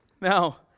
Now